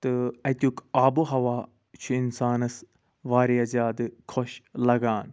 تہٕ اَتیٛک آب و ہوا چھُ انسانَس واریاہ زیادٕ خۄش لَگان